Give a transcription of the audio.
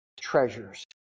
treasures